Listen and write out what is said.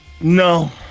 No